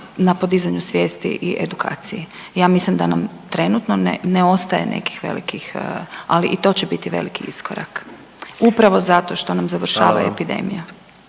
na podizanju svijesti i edukaciji. Ja mislim da nam trenutno ne ostaje nekih velikih ali i to će biti veliki iskorak upravo zato što nam završava epidemija.